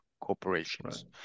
corporations